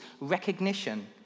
recognition